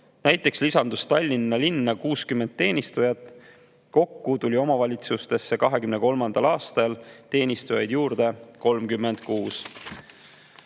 Näiteks lisandus Tallinna linna 60 teenistujat. Kokku tuli omavalitsustesse 2023. aastal teenistujaid juurde 36.